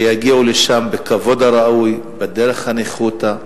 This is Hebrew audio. שיגיעו לשם בכבוד הראוי, בניחותא,